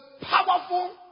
powerful